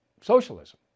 socialism